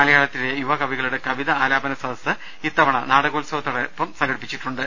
മലയാളത്തിലെ യുവ കവികളുടെ കവിത ആലാപനസദസ്സ് ഇത്തവണ നാടകോത്സവത്തോടൊപ്പം സംഘടിപ്പിച്ചിട്ടുണ്ട്